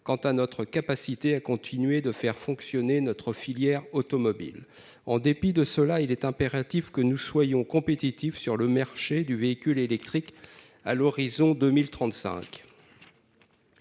Quant à notre capacité à continuer de faire fonctionner notre filière automobile en dépit de cela, il est impératif que nous soyons compétitifs sur le Merchet du véhicule électrique à l'horizon 2035.